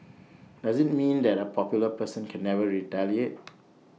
does IT mean that A popular person can never retaliate